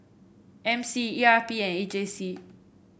M C E R P and A J C